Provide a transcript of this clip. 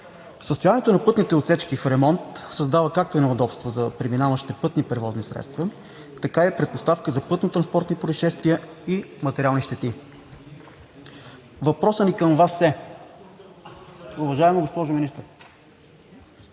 Състоянието на пътните отсечки в ремонт създава както неудобство за преминаващите пътни превозни средства, така е и предпоставка за пътно-транспортни произшествия и материални щети. Въпросът ни към Вас е, уважаема госпожо Министър: